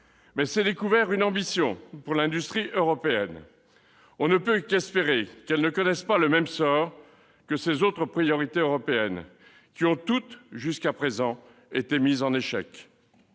mais s'est découvert une ambition pour l'industrie européenne. Espérons qu'elle ne connaisse pas le même sort que ses autres priorités européennes, lesquelles ont toutes, jusqu'à présent, été mises en échec